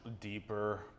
deeper